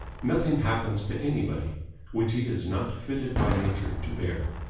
nothing happens to anybody which he is not fitted by nature to bear.